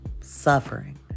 suffering